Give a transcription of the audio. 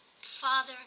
Father